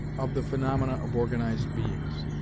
of the phaenomena of organized beings.